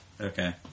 Okay